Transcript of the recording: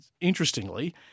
Interestingly